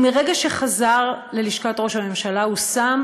מרגע שחזר ללשכת ראש הממשלה, הוא שם